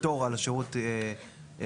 פטור על שירות התשלום.